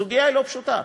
הסוגיה היא לא פשוטה,